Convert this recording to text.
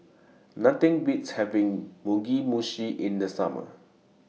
Nothing Beats having Mugi Meshi in The Summer